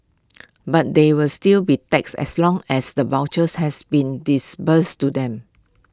but they will still be taxed as long as the vouchers has been disbursed to them